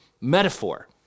metaphor